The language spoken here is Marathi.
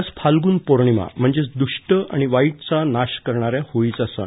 आज फाल्गुन पोर्णिमा म्हणजेच दुष्ट आणि वाईदाचा नाश करणाऱ्या होळीचा सण